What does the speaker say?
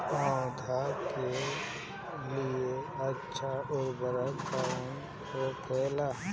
पौधा के लिए अच्छा उर्वरक कउन होखेला?